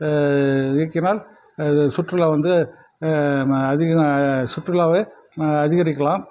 இயக்கினால் அது சுற்றுலா வந்து அதிகம் சுற்றுலாவை அதிகரிக்கலாம்